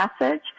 message